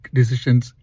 decisions